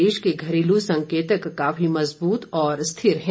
भारत के घरेलू संकेतक काफी मजबूत और स्थिर हैं